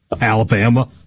Alabama